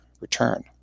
return